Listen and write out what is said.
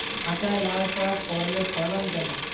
মাচায় লাউ চাষ করলে ফলন কেমন?